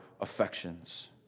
affections